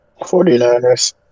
49ers